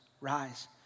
Rise